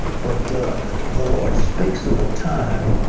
but the the lord speaks of a time,